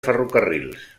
ferrocarrils